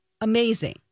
amazing